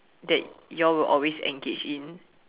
that you all will always engage in